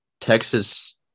Texas –